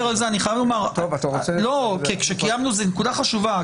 נקודה חשובה,